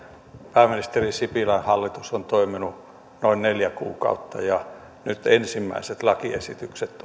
pääministeri sipilän hallitus on toiminut noin neljä kuukautta ja nyt ensimmäiset lakiesitykset